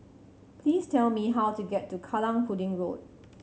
please tell me how to get to Kallang Pudding Road